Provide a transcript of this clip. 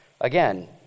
Again